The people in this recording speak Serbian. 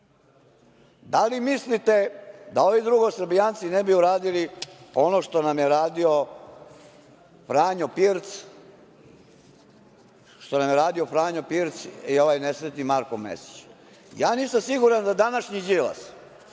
Da li mislite da ovi drugosrbijanci ne bi uradili ono što nam je radio Franjo Pirc i ovaj nesretni Marko Mesić? Ja nisam siguran da današnji Đilas